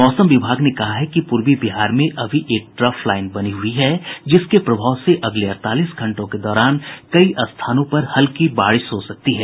मौसम विभाग ने कहा है कि पूर्वी बिहार में अभी भी एक ट्रफ लाइन बनी हुयी है जिसके प्रभाव से अगले अड़तालीस घंटों के दौरान कई स्थानों पर हल्की बारिश हो सकती है